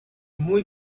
muy